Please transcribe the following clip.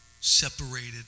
separated